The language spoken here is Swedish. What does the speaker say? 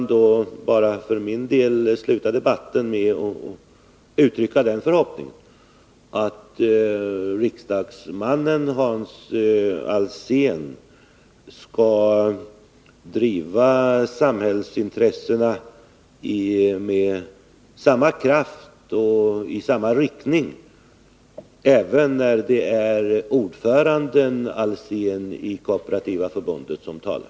Jag vill, herr talman, för min del avsluta debatten med att uttrycka den förhoppningen att riksdagsmannen Hans Alsén skall driva samhällsintressena med samma kraft och i samma riktning även när det är ordföranden Alsén i Kooperativa förbundet som talar.